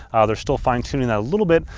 they are still fine-tuning that a little bit.